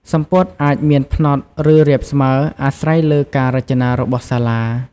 សំពត់អាចមាន ផ្នត់ ឬរាបស្មើ អាស្រ័យលើការរចនារបស់សាលា។